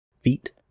feet